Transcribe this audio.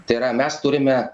tai yra mes turime